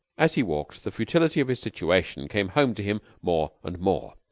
as he walked, the futility of his situation came home to him more and more.